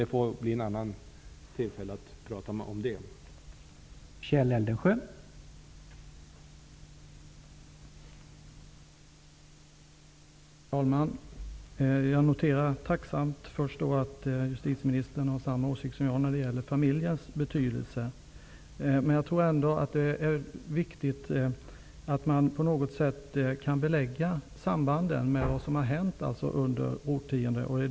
Det blir tillfälle att prata om det en annan gång.